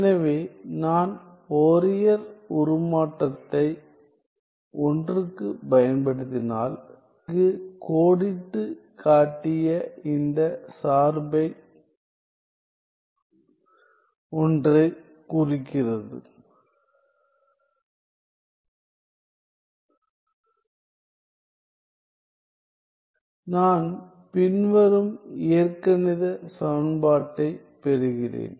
எனவே நான் ஃபோரியர் உருமாற்றத்தை 1 க்குப் பயன்படுத்தினால் நான் இங்கு கோடிட்டுக் காட்டிய இந்த சார்பை ஒன்று குறிக்கிறது நான் பின்வரும் இயற்கணித சமன்பாட்டைப் பெறுகிறேன்